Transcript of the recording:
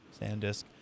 Sandisk